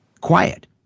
quiet